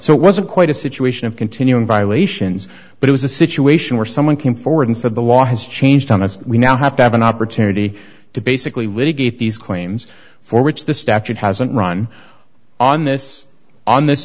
so it wasn't quite a situation of continuing violations but it was a situation where someone came forward and said the law has changed on us we now have to have an opportunity to basically litigate these claims for which the statute hasn't run on this on this